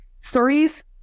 Stories